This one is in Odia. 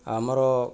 ଆମର